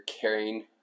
carrying